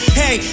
hey